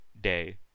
day